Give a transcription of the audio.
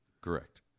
Correct